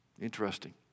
Interesting